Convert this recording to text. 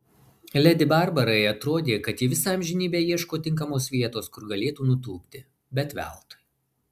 ledi barbarai atrodė kad ji visą amžinybę ieško tinkamos vietos kur galėtų nutūpti bet veltui